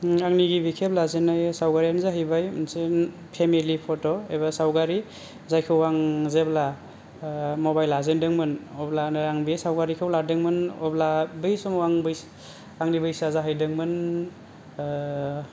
आंनि गिबि खेब लाजेन्नाया सावगारियानो जाहैबाय मोनसे पेमेलि पट' एबा सावगारि जायखौ आं जेब्ला मबाइल लाजेनदोंमोन अब्लानो आं बे सावगारिखौ लादोंमोन अब्ला बै समाव आं आंनि बैसोया जाहैदोंमोन